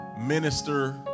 minister